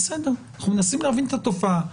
בסדר, אנחנו מנסים להבין את התופעה.